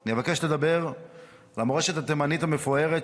אני מבקש לדבר על המורשת התימנית המפוארת,